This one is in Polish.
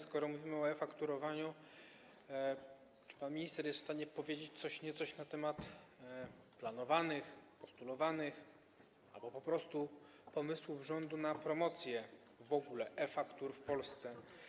Skoro mówimy o e-fakturowaniu, to czy pan minister jest w stanie powiedzieć coś niecoś na temat planowanych, postulowanych działań albo po prostu pomysłów rządu na promocję w ogóle e-faktur w Polsce?